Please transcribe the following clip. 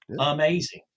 amazing